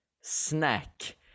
snack